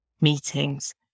meetings